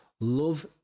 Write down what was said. love